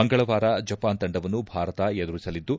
ಮಂಗಳವಾರ ಜಪಾನ್ ತಂಡವನ್ನು ಭಾರತ ಎದುರಿಸಲಿದ್ದು